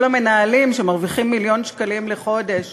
כל המנהלים שמרוויחים מיליון שקלים לחודש